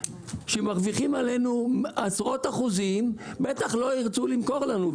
שמרווחים עלינו עשרות אחוזים בטח לא ירצו למכור לנו.